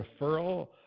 referral